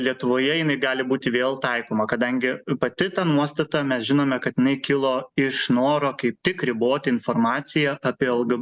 lietuvoje jinai gali būti vėl taikoma kadangi pati ta nuostata mes žinome kad jinai kilo iš noro kaip tik riboti informaciją apie lg